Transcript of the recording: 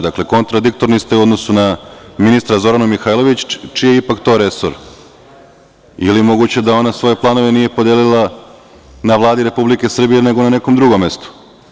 Znači, kontradiktorni ste u odnosu na ministra Zoranu Mihajlović čiji je ipak to resor ili moguće da ona svoje planove nije podelila na Vladi Republike Srbije nego na nekom drugom mestu.